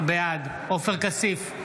בעד עופר כסיף,